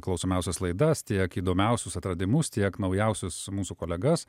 klausomiausias laidas tiek įdomiausius atradimus tiek naujausius mūsų kolegas